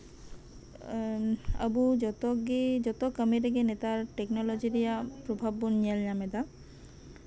ᱟᱵᱚ ᱡᱚᱛᱚᱜᱮ ᱡᱚᱛᱚ ᱠᱟᱹᱢᱤ ᱨᱮᱜᱮ ᱱᱮᱛᱟᱨ ᱴᱮᱠᱱᱳᱞᱚᱡᱤ ᱨᱮᱱᱟᱜ ᱯᱨᱚᱵᱷᱟᱵ ᱵᱚᱱ ᱧᱮᱞᱧᱟᱢ ᱮᱫᱟ